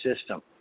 system